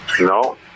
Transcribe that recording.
No